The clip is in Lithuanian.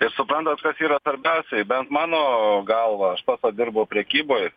ir suprantat kas yra svarbiausiai bent mano galva aš pats va dirbu prekyboj